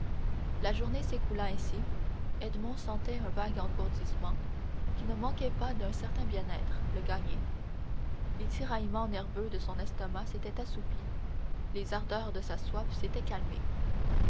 la journée s'écoula ainsi edmond sentait un vague engourdissement qui ne manquait pas d'un certain bien-être le gagner les tiraillements nerveux de son estomac s'étaient assoupis les ardeurs de sa soif s'étaient calmées